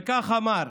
וככה הוא אמר: